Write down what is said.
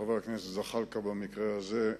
לחבר הכנסת זחאלקה במקרה הזה,